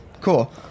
cool